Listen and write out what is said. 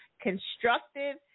Constructive